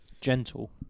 gentle